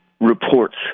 reports